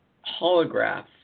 holograph